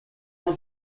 for